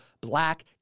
Black